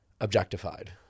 objectified